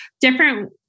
different